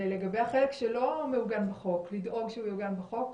לגבי החלק שלא מעוגן בחוק, לדאוג שהוא יעוגן בחוק.